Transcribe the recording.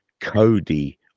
Cody